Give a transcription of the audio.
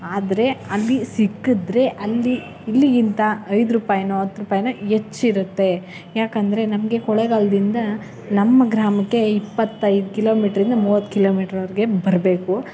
ಆದರೆ ಅದು ರೂಪಾಯಿನೋ ಹತ್ತು ರೂಪಾಯಿನೋ ಹೆಚ್ಚಿರುತ್ತೆ ಯಾಕೆಂದ್ರೆ ನಮಗೆ ಕೊಳ್ಳೇಗಾಲದಿಂದ ನಮ್ಮ ಗ್ರಾಮಕ್ಕೆ ಇಪ್ಪತ್ತೈದು ಕಿಲೋಮೀಟರ್ ಇಂದ ಮೂವತ್ತು ಕಿಲೋಮೀಟರ್ವರೆಗೆ ಬರಬೇಕು